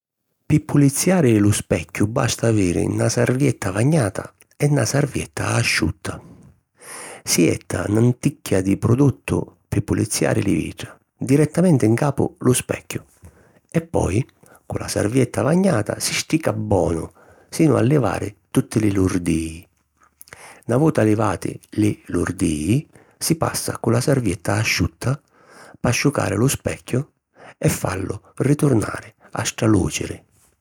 Pi puliziari lu specchiu basta aviri na sarvietta vagnata e na sarvietta asciutta. Si jetta 'n tanticchia di produttu pi puliziari li vitra, direttamenti ncapu lu specchiu e poi cu la sarvietta vagnata si strica bonu sinu a livari tutti li lurdìi. Na vota livati li lurdìi si passa cu la sarvietta asciutta p'asciucari lu specchiu e fallu riturnari a stralùciri.